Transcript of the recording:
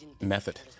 method